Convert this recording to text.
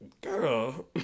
Girl